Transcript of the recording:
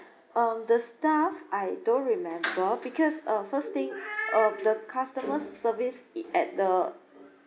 um the staff I don't remember because uh first thing uh the customer service at the